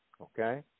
okay